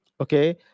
okay